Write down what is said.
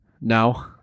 No